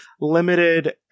limited